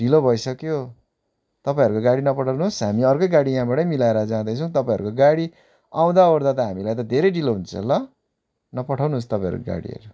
ढिलो भइसक्यो तपाईँहरूको गाडी नपठाउनु होस् हामी अर्कै गाडी यहाँबाटै मिलाएर जाँदैछौँ तपाईँहरूको गाडी आउँदा ओर्दा त हामीलाई धेरै ढिलो हुन्छ ल नपठाउनुहोस् तपाईँहरूको गाडीहरू